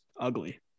ugly